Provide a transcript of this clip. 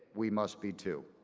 we must be too.